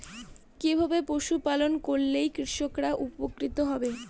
কিভাবে পশু পালন করলেই কৃষকরা উপকৃত হবে?